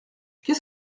qu’est